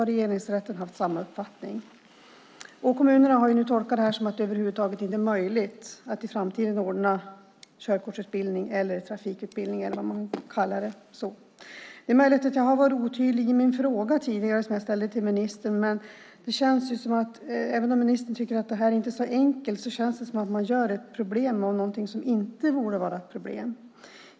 Regeringsrätten har haft samma uppfattning. Kommunerna har nu tolkat detta som att det över huvud taget inte är möjligt att i framtiden ordna körkortsutbildning, trafikutbildning eller vad man nu vill kalla det. Det är möjligt att jag har varit otydlig i den fråga som jag tidigare ställde till ministern. Även om ministern tycker att detta inte är så enkelt känns det som att man gör ett problem av någonting som inte borde vara ett problem.